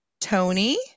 Tony